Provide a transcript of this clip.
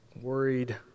Worried